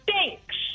stinks